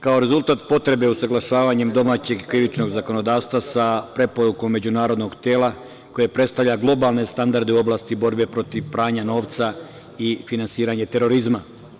Kao rezultat potrebe usaglašavanjem domaćeg krivičnog zakonodavstva sa preporukom međunarodnog tela koji predstavlja globalne standarde u oblasti borbe protiv pranja novca i finansiranje terorizma.